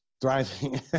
thriving